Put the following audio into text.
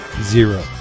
Zero